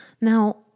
Now